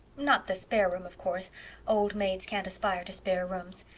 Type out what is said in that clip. not the spare room, of course old maids can't aspire to spare rooms,